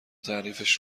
تعریفش